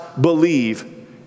believe